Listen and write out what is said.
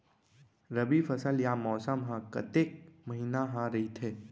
रबि फसल या मौसम हा कतेक महिना हा रहिथे?